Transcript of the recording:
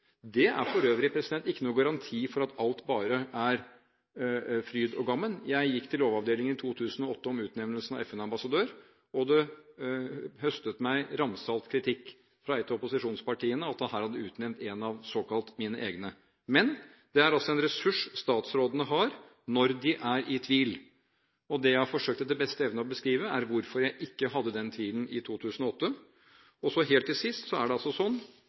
Det er for øvrig ingen garanti for at alt bare er fryd og gammen. Jeg gikk til Lovavdelingen i 2008 om utnevnelsen av FN-ambassadør, og det høstet meg ramsalt kritikk fra ett av opposisjonspartiene at jeg her hadde utnevnt en av mine såkalt egne. Men det er altså en ressurs statsrådene har når de er i tvil. Det jeg etter beste evne har forsøkt å beskrive, er hvorfor jeg ikke hadde den tvilen i 2008. Helt til sist: Det er helt åpenbart at offentlighetens oppfatning av beslutningen og tilliten til den spiller inn. Det